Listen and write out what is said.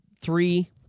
Three